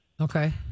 okay